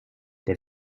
der